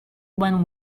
when